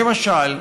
למשל,